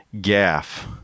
gaff